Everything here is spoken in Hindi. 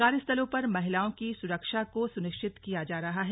कार्यस्थलों पर महिलाओं की सुरक्षा को सुनिश्चित किया जा रही है